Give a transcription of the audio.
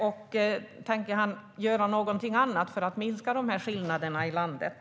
Och tänker statsrådet göra någonting annat för att minska dessa skillnader i landet?